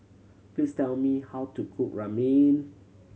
please tell me how to cook Ramen